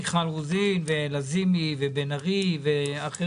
מיכל רוזין, נעמה לזיני, מיכל בן ארי ואחרות